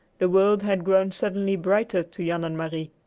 the world had grown suddenly brighter to jan and marie.